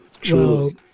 True